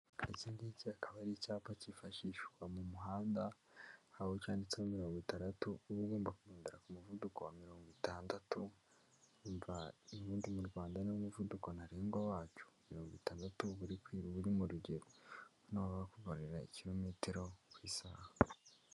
Iki ngiki akaba ari icyapa kifashishwa mu muhanda aho cyanditseho mirongo tandatu, uba ugomba kugendera ku muvuduko wa mirongo tandatu, urumva ubundi mu Rwanda niwo muvuduko ntarengwa wacyo, mirongo tandatu uba uri mu rugero, hano bakubarira ikirometero ku isaha.